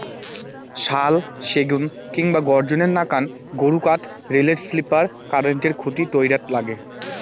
শাল, সেগুন কিংবা গর্জনের নাকান গুরুকাঠ রেলের স্লিপার, কারেন্টের খুঁটি তৈয়ারত নাগে